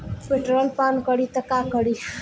Petrol पान करी त का करी?